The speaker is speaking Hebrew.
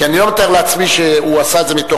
כי אני לא מתאר לעצמי שהוא עשה את זה מתוך,